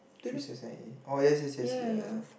three seven seven A oh yes yes yes ya ya